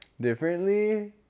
differently